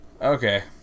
Okay